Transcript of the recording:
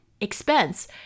expense